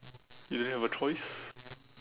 you didn't have a choice